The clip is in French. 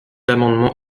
amendement